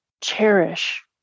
cherish